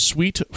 Sweet